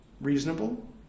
Reasonable